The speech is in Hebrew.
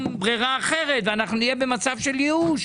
ברירה אחרת ואנחנו נהיה במצב של ייאוש,